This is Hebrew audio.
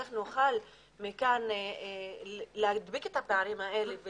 איך נוכל מכאן להדביק את הפערים האלה.